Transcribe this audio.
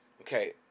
Okay